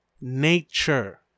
nature